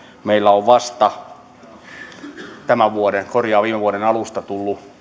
meillä on vasta viime vuoden alusta tullut